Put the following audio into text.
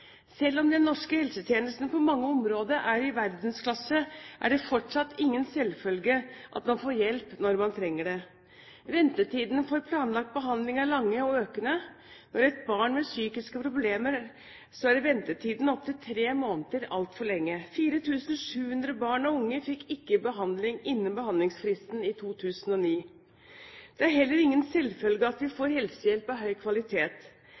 Selv om den norske helsetjenesten på mange områder er i verdensklasse, er det fortsatt ingen selvfølge at man får hjelp når man trenger det. Ventetidene for planlagt behandling er lange og økende. Når et barn har psykiske problemer, er en ventetid på opp mot tre måneder altfor lenge. 4 700 barn og unge fikk ikke behandling innen behandlingsfristen i 2009. Det er heller ingen selvfølge at vi får helsehjelp av høy kvalitet.